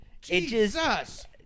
Jesus